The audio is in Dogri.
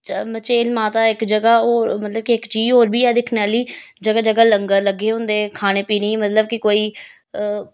च मचेल माता इक जगह होर मतलब कि इक चीज़ होर बी ऐ दिक्खने आह्ली जगह जगह लंगर लग्गे दे होंदे खाने पीने मतलब कि कोई